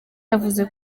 yavuze